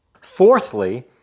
Fourthly